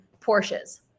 Porsches